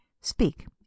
speak